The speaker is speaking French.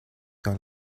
dans